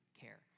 care